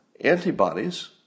antibodies